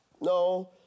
No